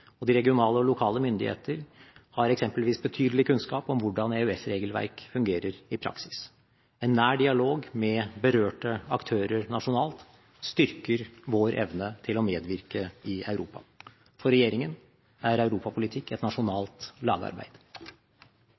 og de regionale og lokale myndigheter har eksempelvis betydelig kunnskap om hvordan EØS-regelverk fungerer i praksis. En nær dialog med berørte aktører nasjonalt styrker vår evne til å medvirke i Europa. For regjeringen er europapolitikk et nasjonalt lagarbeid.